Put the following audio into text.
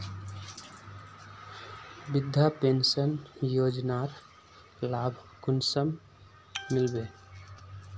वृद्धा पेंशन योजनार लाभ कुंसम मिलबे?